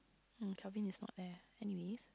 Kelvin is not there anyway